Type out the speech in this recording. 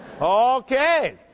Okay